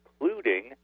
including